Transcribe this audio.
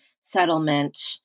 settlement